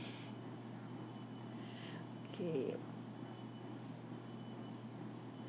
okay